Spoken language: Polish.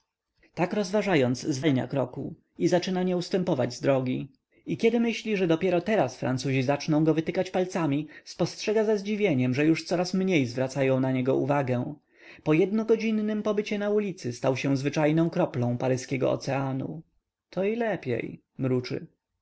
tak rozważając zwalnia kroku i zaczyna nie ustępywać z drogi i kiedy myśli że dopiero teraz francuzi zaczną go wytykać palcami spostrzega ze zdziwieniem że już coraz mniej zwracają na niego uwagę po jednogodzinnym pobycie na ulicy stał się zwyczajną kroplą paryskiego oceanu to i lepiej mruczy